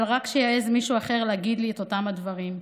אבל רק שיעז מישהו אחר להגיד לי את אותם דברים,